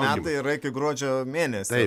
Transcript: metai yra iki gruodžio mėnesio